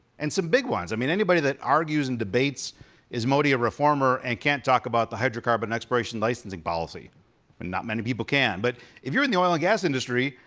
and some big ones. i mean, anybody that argues and debates is modi a reformer, and can't talk about the hydrocarbon expiration licensing policy, and not many people can, but if you're in the oil and gas industry,